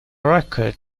record